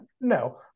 no